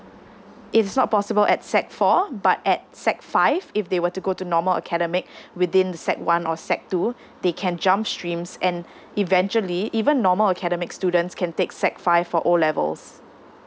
it's not possible at sec four but at sec five if they were to go to normal academic within the sec one or sec two they can jump streams and eventually even normal academic students can take sec five for O levels